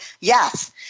yes